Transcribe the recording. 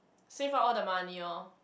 save up all the money lor